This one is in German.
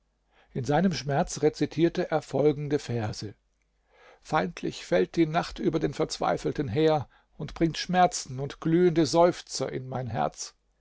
in seinem schmerz rezitierte er folgende verse feindlich fällt die nacht über den verzweifelten her und bringt schmerzen und glühende seufzer in mein herz